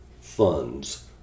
funds